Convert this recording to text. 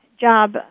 job